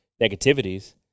negativities